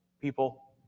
people